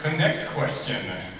next question,